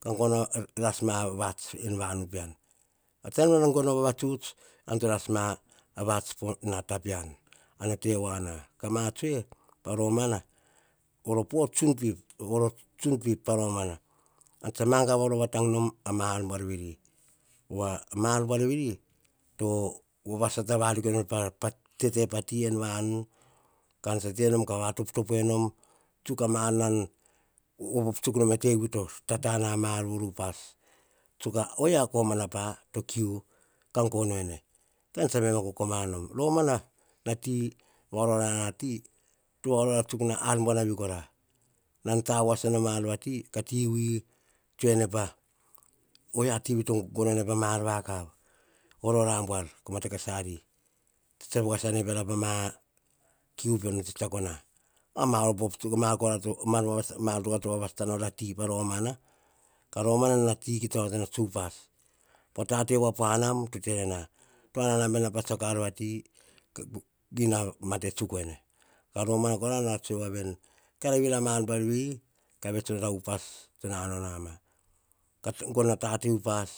Ka gono rasma vats en vanu pean. Taim nan gono o vavatuts, ean to rasma a vats, po nata pean. Ar no tevoaina. Ka ma tsoe pa romana, voro pe tsun pip, pa romana. Ean tsa magava rova tsuk no a ma ar buar veri. Pova ma buon veri, to vava sata variko ena pa tete pa ti en vanu, kan tsa tenom ka va toptop enom, tsuk a ma ar nan op tsuk nom ne tevui tata na ar, voro upas, tsuk oyia komana pa to kiu ka gono ene, kean tsa baim a kokomana nom. Romana, na ti va orora nati, to orora tsuk ar buanavi kora. Nom ta voaso nom ati, ka ti vui tsoene, voi to gono ene pa ma ar vakav, oro ra buar, ko mate kas ari. Tsa voa sane piara pama kiu no tsetsako na. Ma ar pa to vavasata na ti pa romana, ka nomoma tsa ti kita onoto na tso upas. Tate voa po anam to te ene na, a nanan ena pa tsiako a ar vati, ina mate tsuk ene. Kora nora tsoe voaveni, kara vira ma ar buar veri, ka vet nora upas to nanao noma. Gono a tate upas,